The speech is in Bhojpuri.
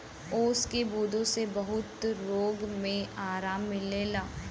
ओस की बूँदो से बहुत रोग मे आराम मिलेला